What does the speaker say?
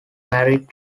married